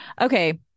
Okay